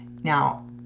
Now